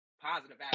positive